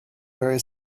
very